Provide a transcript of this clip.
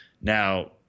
Now